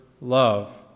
love